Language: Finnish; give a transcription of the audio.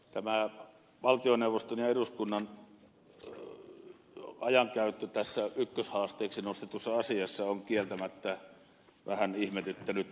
tämä valtioneuvoston ja eduskunnan ajankäyttö tässä ykköshaasteeksi nostetussa asiassa on kieltämättä vähän ihmetyttänyt